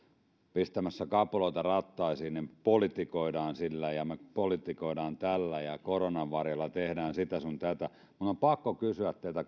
pistämässä kapuloita rattaisiin että politikoimme sillä ja me politikoimme tällä ja koronan varjolla teemme sitä sun tätä minun on pakko kysyä teiltä